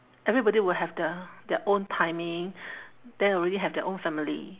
everybody will have their their own timing then already have their own family